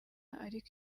ariko